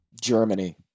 Germany